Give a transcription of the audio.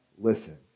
listen